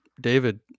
David